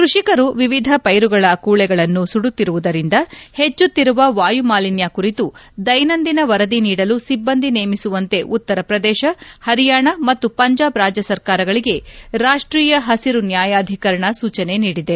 ಕೃಷಿಕರು ವಿವಿಧ ಪೈರುಗಳ ಕೂಳೆಗಳನ್ನು ಸುಡುತ್ತಿರುವುದರಿಂದ ಹೆಚ್ಚುತ್ತಿರುವ ವಾಯುಮಾಲಿನ್ಯ ಕುರಿತು ದೈನಂದಿನ ವರದಿ ನೀಡಲು ಸಿಬ್ಲಂದಿ ನೇಮಿಸುವಂತೆ ಉತ್ತರ ಪ್ರದೇಶ ಹರಿಯಾಣ ಮತ್ತು ಪಂಜಾಬ್ ರಾಜ್ತ ಸರ್ಕಾರಗಳಿಗೆ ರಾಷ್ಟೀಯ ಹಸಿರು ನ್ಯಾಯಾಧಿಕರಣ ಸೂಚನೆ ನೀಡಿದೆ